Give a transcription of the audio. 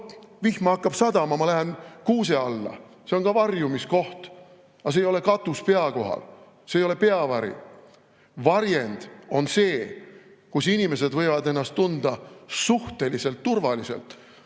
vihma hakkab sadama, siis ma lähen kuuse alla, see on ka varjumiskoht. Aga see ei ole katus pea kohal, see ei ole peavari. Varjend on see, kus inimesed võivad ennast tunda suhteliselt turvaliselt,